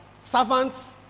servants